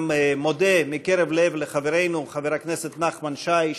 אני גם מודה מקרב לב לחברנו חבר הכנסת נחמן שי,